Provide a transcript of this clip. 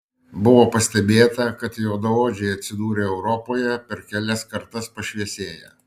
buvo pastebėta kad juodaodžiai atsidūrę europoje per kelias kartas pašviesėja